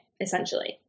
essentially